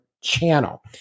channel